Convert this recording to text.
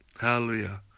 Hallelujah